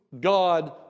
God